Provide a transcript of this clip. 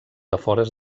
afores